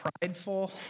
prideful